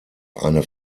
eine